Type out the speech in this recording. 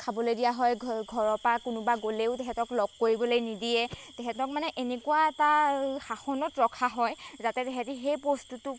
খাবলৈ দিয়া হয় ঘৰৰ পৰা কোনোবা গ'লেও তেহেঁতক লগ কৰিবলৈ নিদিয়ে তেহেঁতক মানে এনেকুৱা এটা শাসনত ৰখা হয় যাতে তেহেঁতে সেই বস্তুটোৰ পৰা